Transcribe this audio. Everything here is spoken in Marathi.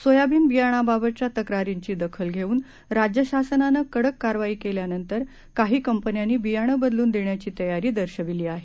सोयाबिन बियाण्याबाबतच्या तक्रारींची दखल घेऊन राज्य शासनानं कडक कारवाई केल्यानंतर काही कंपन्यांनी बियाणं बदलून देण्याची तयारी दर्शविली आहे